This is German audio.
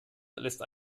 lässt